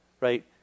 right